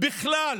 בכלל